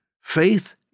faith